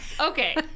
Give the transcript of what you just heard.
Okay